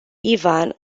ivan